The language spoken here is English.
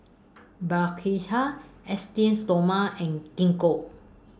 Esteem Stoma and Gingko